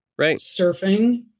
surfing